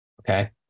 okay